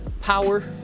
power